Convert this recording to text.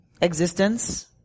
existence